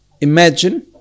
imagine